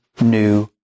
new